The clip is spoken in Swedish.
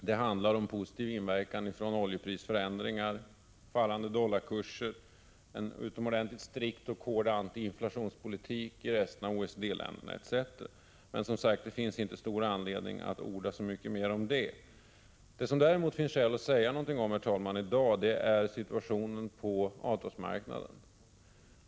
Det handlar om positiv inverkan av oljeprisförändringar, fallande dollarkurser, en utomordentligt strikt och hård antiinflationspolitik i resten av OECD-länderna, etc. Men det finns, som sagt, inte så stor anledning att orda så mycket mer om det. Det som det däremot finns skäl att säga någonting om i dag, herr talman, är situationen på avtalsmarknaden.